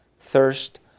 thirst